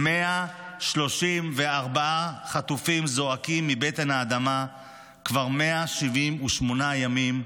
134 חטופים זועקים מבטן האדמה כבר 178 ימים,